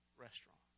Restaurant